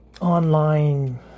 online